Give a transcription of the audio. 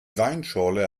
weinschorle